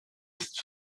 ist